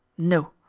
no,